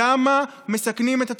למה מסכנים את התלמידים?